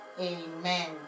amen